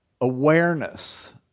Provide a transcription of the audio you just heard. awareness